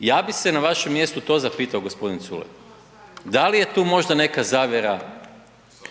Ja bih se na vašem mjestu to zapitao gospodine Culej. Da li je tu možda neka zavjera